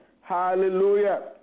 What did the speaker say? Hallelujah